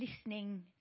listening